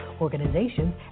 organizations